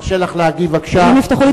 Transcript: חברת הכנסת אורלי לוי.